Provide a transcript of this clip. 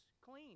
clean